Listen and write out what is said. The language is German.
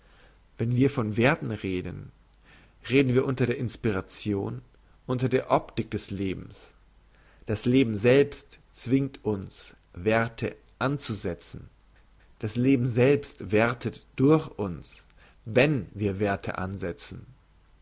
wenn wir von werthen reden reden wir unter der inspiration unter der optik des lebens das leben selbst zwingt uns werthe anzusetzen das leben selbst werthet durch uns wenn wir werthe ansetzen